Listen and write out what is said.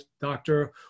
doctor